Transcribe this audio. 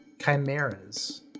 Chimeras